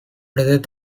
death